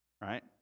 right